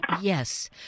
Yes